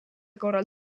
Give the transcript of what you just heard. korral